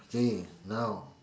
okay now